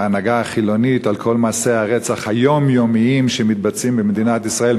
ההנהגה החילונית על כל מעשי הרצח היומיומיים שמתבצעים במדינת ישראל.